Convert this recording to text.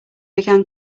began